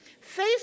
face